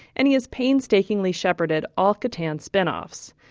and he has painstakingly shepherded all catan spin-offs.